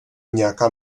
nějaká